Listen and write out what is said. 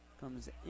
comes